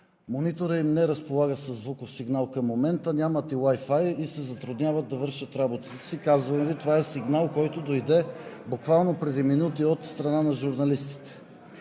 мониторът им не разполага със звуков сигнал към момента, нямат и Wi-Fi и се затрудняват да вършат работата си. Казвам Ви, че това е сигнал, който дойде буквално преди минути от страна на журналистите.